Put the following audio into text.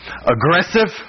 aggressive